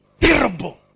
Terrible